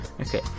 Okay